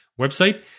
website